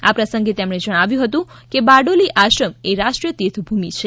આ પ્રસંગે તેમણે જણાવ્યું હતું કે બારડોલી આશ્રમએ રાષ્ટ્રીય તીર્થભૂમિ છે